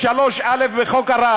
יש את 3(א) בחוק הרעש.